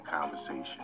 conversation